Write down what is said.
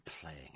playing